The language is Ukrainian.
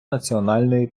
національної